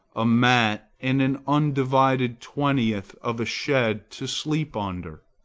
a mat and an undivided twentieth of a shed to sleep under!